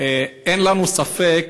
אין לנו ספק